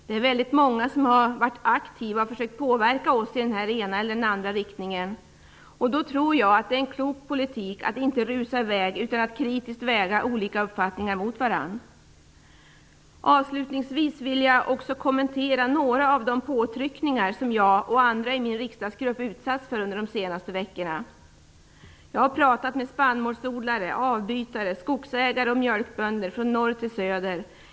Det är många som varit mycket aktiva för att försöka påverka oss i den ena eller den andra riktningen - och då tror jag att det är en klok politik att inte rusa i väg, utan kritiskt väga olika uppfattningar mot varandra. Avslutningsvis vill jag kommentera några av de påtryckningar som jag och andra i min riksdagsgrupp utsatts för under de senaste veckorna. Jag har pratat med spannmålsodlare, avbytare, skogsägare och mjölkbönder från norr till söder.